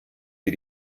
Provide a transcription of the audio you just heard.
wir